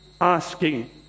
asking